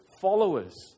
followers